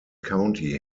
county